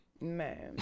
man